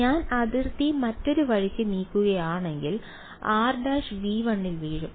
ഞാൻ അതിർത്തി മറ്റൊരു വഴിക്ക് നീക്കുകയാണെങ്കിൽ r′ V1 ൽ വീഴും